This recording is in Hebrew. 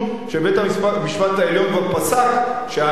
שבית-המשפט העליון כבר פסק שהנזק,